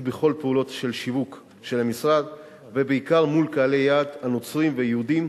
בכל פעולות השיווק של המשרד ובעיקר מול קהלי היעד הנוצרים והיהודים,